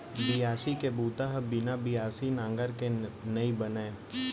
बियासी के बूता ह बिना बियासी नांगर के नइ बनय